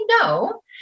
No